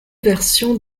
versions